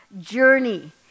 journey